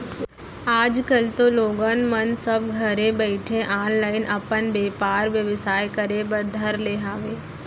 आज कल तो लोगन मन सब घरे बइठे ऑनलाईन अपन बेपार बेवसाय करे बर धर ले हावय